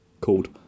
called